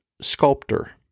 sculptor